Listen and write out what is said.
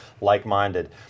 like-minded